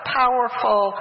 powerful